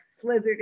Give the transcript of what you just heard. slithered